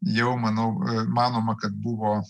jau manau manoma kad buvo